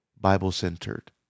Bible-centered